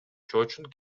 чоочун